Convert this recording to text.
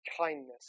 kindness